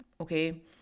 Okay